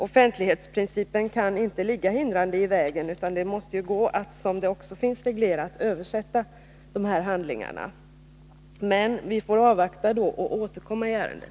Offentlighetsprincipen kan inte hindra, utan det måste vara möjligt — här finns det ju också en reglering — att översätta handlingarna. Vi får alltså avvakta och återkomma i ärendet.